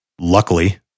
luckily